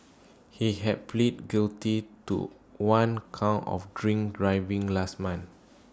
he had pleaded guilty to one count of drink driving last month